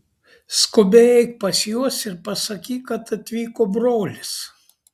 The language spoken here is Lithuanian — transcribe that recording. skubiai eik pas juos ir pasakyk kad atvyko brolis